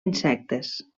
insectes